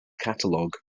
catalog